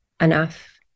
enough